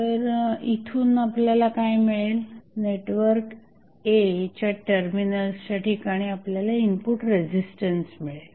तर इथून आपल्याला काय मिळेल नेटवर्क A च्या टर्मिनल्सच्या ठिकाणी आपल्याला इनपुट रेझिस्टन्स मिळेल